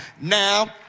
Now